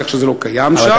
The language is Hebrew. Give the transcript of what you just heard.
כך שזה לא קיים שם.